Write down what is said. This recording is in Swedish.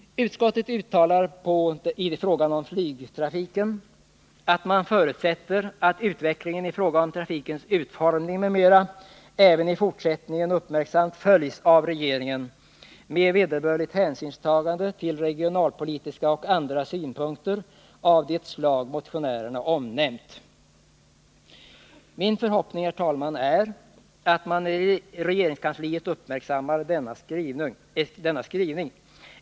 Utskottet uttalar när det gäller flygtrafiken att man förutsätter att ”utvecklingen i fråga om trafikens utformning m.m. även i fortsättningen uppmärksamt följs av regeringen med vederbörligt hänsynstagande till regionalpolitiska och andra synpunkter av det slag motionärerna omnämnt”. Min förhoppning är att man i regeringskansliet uppmärksammar denna skrivning.